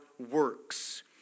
Works